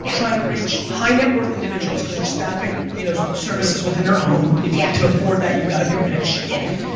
yeah trying to reach high net worth individuals cause you're staffing you know services within their home. yeah to afford that you gotta be rich. yes.